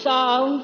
song